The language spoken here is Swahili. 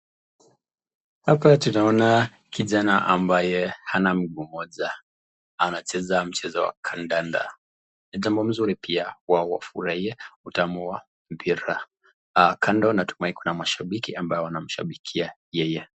Hapa tunaona kijana ambaye hana mguu moja, anacheza mchezo wa kandanda . Ni jambo mzuri pia wao kufarahia utamu wa mpira. Kando natumia kuna mashabiki ambao wanamshabikia yeye.